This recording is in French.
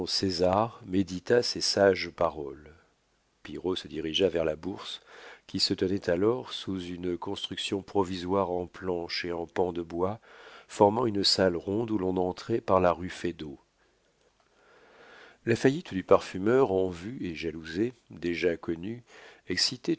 césar médita ces sages paroles pillerault se dirigea vers la bourse qui se tenait alors sous une construction provisoire en planches et en pans de bois formant une salle ronde où l'on entrait par la rue feydeau la faillite du parfumeur en vue et jalousé déjà connue